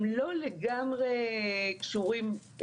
הם לא לגמרי קשורים.